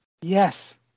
yes